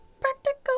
practical